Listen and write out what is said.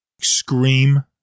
scream